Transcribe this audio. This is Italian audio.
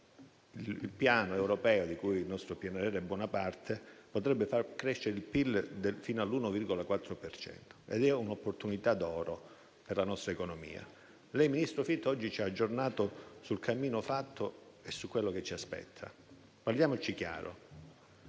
il Piano europeo, di cui il nostro PNRR è buona parte, potrebbe far crescere il PIL fino all'1,4 per cento. È un'opportunità d'oro per la nostra economia. Ministro Fitto, lei oggi ci ha aggiornato sul cammino fatto e su quello che ci aspetta. Parliamoci chiaro: